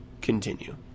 continue